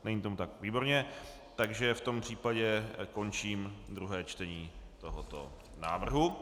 Není tomu tak, výborně, v tom případě končím druhé čtení tohoto návrhu.